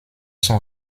son